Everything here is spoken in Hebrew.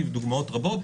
כבדוגמאות רבות,